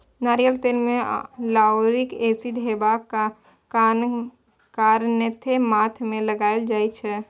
नारियल तेल मे लाउरिक एसिड हेबाक कारणेँ माथ मे लगाएल जाइ छै